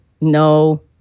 No